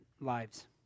lives